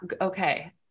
okay